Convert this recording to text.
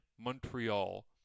Montreal